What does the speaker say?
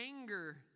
anger